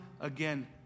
again